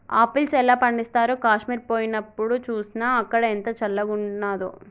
apples ఎలా పండిస్తారో కాశ్మీర్ పోయినప్డు చూస్నా, అక్కడ ఎంత చల్లంగున్నాదో